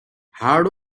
hard